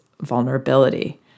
vulnerability